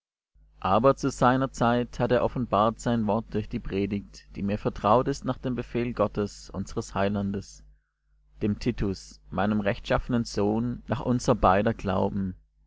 aber zu seiner zeit hat er offenbart sein wort durch die predigt die mir vertrauet ist nach dem befehl gottes unsers heilandes dem titus meinem rechtschaffenen sohn nach unser beider glauben